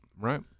right